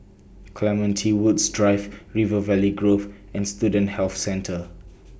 Clementi Woods Drive River Valley Grove and Student Health Centre